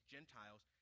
Gentiles